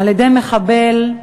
על-ידי מחבל,